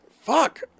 Fuck